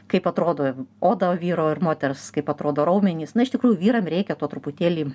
kaip atrodo oda vyro ir moters kaip atrodo raumenys na iš tikrųjų vyram reikia to truputėlį